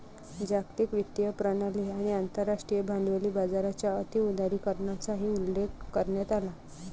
जागतिक वित्तीय प्रणाली आणि आंतरराष्ट्रीय भांडवली बाजाराच्या अति उदारीकरणाचाही उल्लेख करण्यात आला